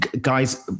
guys